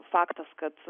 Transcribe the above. faktas kad